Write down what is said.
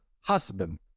husband